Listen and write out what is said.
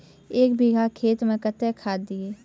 एक बीघा केला मैं कत्तेक खाद दिये?